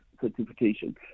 certification